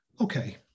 Okay